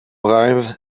rêve